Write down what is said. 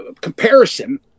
comparison